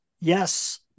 Yes